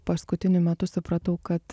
paskutiniu metu supratau kad